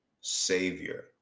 savior